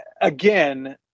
Again